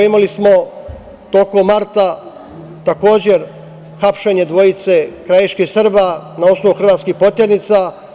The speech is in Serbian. Imali smo tokom marta hapšenje dvojice krajiških Srba na osnovu hrvatskih poternica.